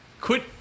Quit